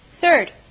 Third